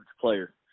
player